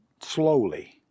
slowly